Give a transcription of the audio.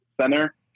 center